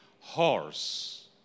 horse